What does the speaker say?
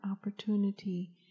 opportunity